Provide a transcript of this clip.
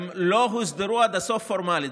הן לא הוסדרו עד הסוף פורמלית.